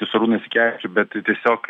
šarūną jasikevičių bet tiesiog